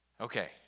Okay